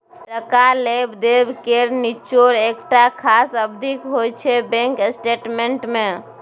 टका लेब देब केर निचोड़ एकटा खास अबधीक होइ छै बैंक स्टेटमेंट मे